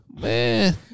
man